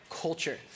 culture